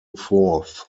fourth